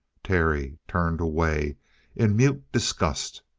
terry turned away in mute disgust.